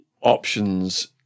options